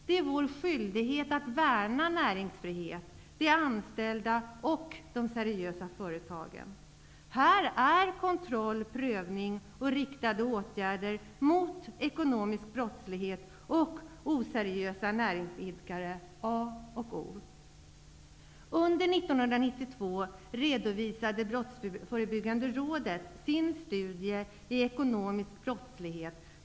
Det är vår skyldighet att värna näringsfriheten, de anställda och de seriösa företagen. Här är kontroll, prövning samt riktade åtgärder mot ekonomisk brottslighet och oseriösa näringsidkare a och o. Under 1992 redovisade Brottsförebyggande rådet sin studie av ekonomisk brottslighet.